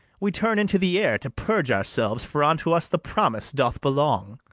we turn into the air to purge ourselves for unto us the promise doth belong.